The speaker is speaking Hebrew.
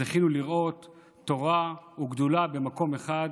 זכינו לראות תורה וגדולה במקום אחד.